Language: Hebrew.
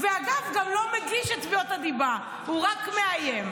ואגב, גם לא מגיש את תביעות הדיבה, הוא רק מאיים.